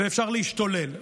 ואפשר להשתולל.